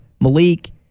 Malik